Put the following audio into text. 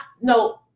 no